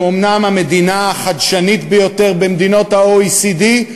אומנם המדינה החדשנית ביותר במדינות ה-OECD,